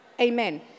Amen